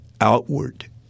outward